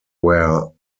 were